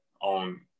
on